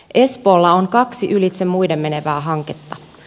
espoolla on kaksi ylitse muiden menevää hanketta